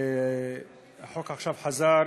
והחוק עכשיו חזר